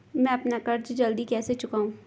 मैं अपना कर्ज जल्दी कैसे चुकाऊं?